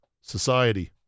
society